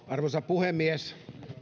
arvoisa puhemies